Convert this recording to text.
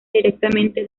directamente